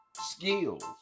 skills